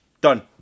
Done